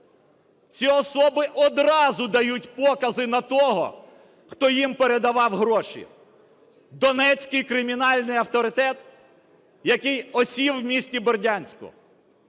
Ці особи одразу дають покази на того, хто їм передавав гроші: донецький кримінальний авторитет, який осів у місті Бердянську.